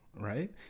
right